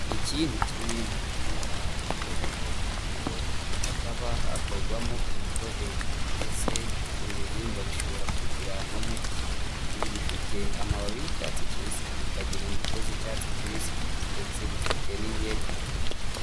Iki ni kimwe mu bihingwa byeraho imbuto hakaba hakorwamo umutobe ndetse ibi bihingwa bishobora kugira n'umuti, ibi bifite amababi y'icyatsi kibisi, bikagira imbuto z'icyatsi kibisi ndetse bifite n'ingeri.